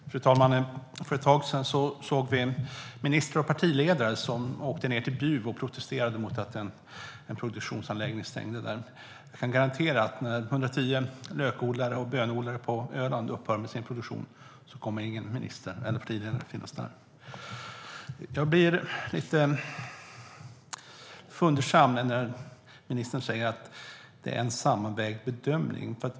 Fru talman! För ett tag sedan såg vi en minister och partiledare som åkte ned till Bjuv och protesterade mot att en produktionsanläggning stängde där. Jag kan garantera att ingen minister eller partiledare kommer att finnas på plats när 110 lökodlare och bönodlare på Öland upphör med sin produktion. Jag blir lite fundersam när ministern säger att det är en sammanvägd bedömning.